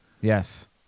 Yes